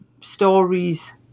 stories